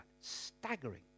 Staggering